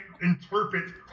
interpret